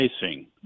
facing